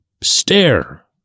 stare